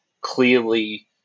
clearly